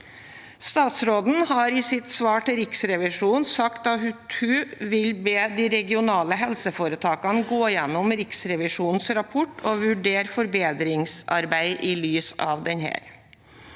Statsråden har i sitt svar til Riksrevisjonen sagt at hun vil be de regionale helseforetakene gå gjennom Riksrevisjonens rapport og vurdere forbedringsarbeid i lys av den.